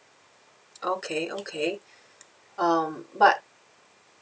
okay okay um but